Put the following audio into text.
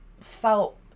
felt